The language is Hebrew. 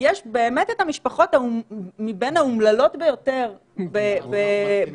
יש באמת את המשפחות מבין האומללות ביותר באזור.